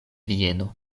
vieno